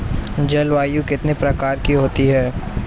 जलवायु कितने प्रकार की होती हैं?